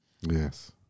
Yes